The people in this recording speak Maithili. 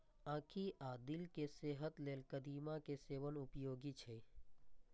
आंखि आ दिल केर सेहत लेल कदीमा के सेवन उपयोगी छै